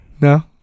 No